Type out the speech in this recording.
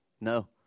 No